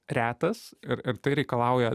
retas ir ir tai reikalauja